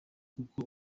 kuko